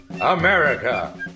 America